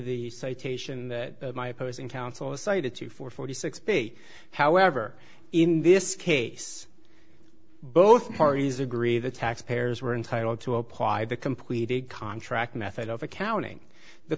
the citation my opposing counsel is cited to for forty six b however in this case both parties agree the taxpayers were entitled to apply the completed contract method of accounting the